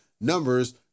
numbers